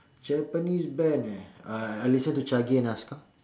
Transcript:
Japanese band eh uh I listen to chage and aska